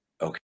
okay